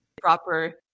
proper